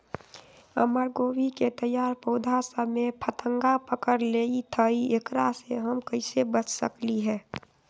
हमर गोभी के तैयार पौधा सब में फतंगा पकड़ लेई थई एकरा से हम कईसे बच सकली है?